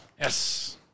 Yes